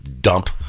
dump